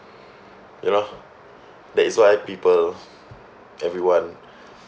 you know that is why people everyone